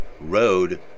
Road